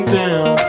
down